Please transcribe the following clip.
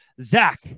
Zach